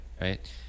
Right